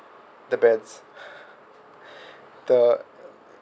the beds the